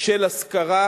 של השכרה